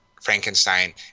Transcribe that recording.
Frankenstein